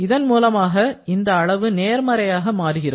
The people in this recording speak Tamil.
இதன் மூலமாக இந்த அளவு நேர்மறையாக மாறுகிறது